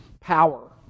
power